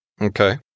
okay